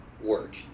work